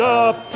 up